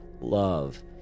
love